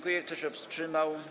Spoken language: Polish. Kto się wstrzymał?